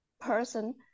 person